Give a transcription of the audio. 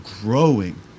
growing